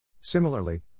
Similarly